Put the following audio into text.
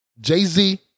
Jay-Z